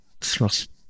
thrust